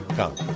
come